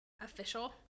official